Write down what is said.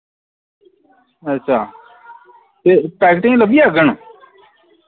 अच्छा ते पैकेटें च लब्बी जाङन